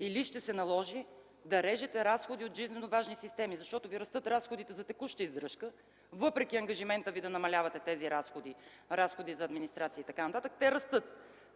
или ще се наложи да режете разходи от жизнено важни системи? Растат ви разходите за текуща издръжка, въпреки ангажимента Ви да намалявате тези разходи – разходи за администрация и т.н., те растат.